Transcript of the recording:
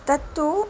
तत्तु